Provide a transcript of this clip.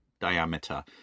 diameter